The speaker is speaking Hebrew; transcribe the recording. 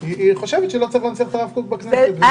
היא חושבת שלא צריך להנציח את הרב קוק בכנסת הזו.